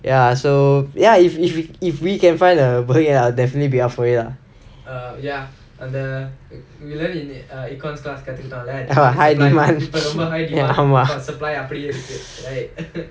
ya so ya if if if we can find a I'll definitely be up for it lah ah high demand ஆமா:aamaa